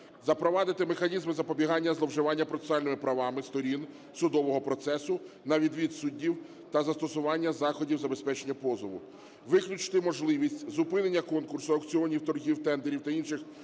запровадити механізми запобігання зловживання процесуальними правами сторін судового процесу на відвід суддів та застосування заходів забезпечення позову; виключити можливість зупинення конкурсу аукціонів, торгів, тендерів та інших